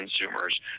consumers